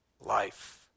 Life